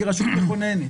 כרשות מכוננת,